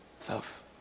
self